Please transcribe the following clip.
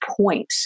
point